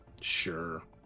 Sure